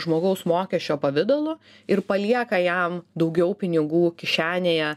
žmogaus mokesčio pavidalu ir palieka jam daugiau pinigų kišenėje